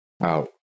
Out